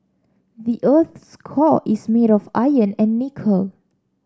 the earth's core is made of iron and nickel